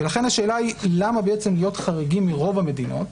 ולכן השאלה היא למה להיות חריגים מרוב המדינות,